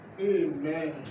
Amen